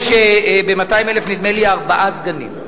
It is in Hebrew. יש ב-200,000, נדמה לי, ארבעה סגנים.